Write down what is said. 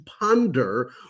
ponder